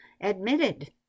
admitted